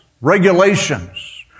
regulations